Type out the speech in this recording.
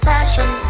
Passion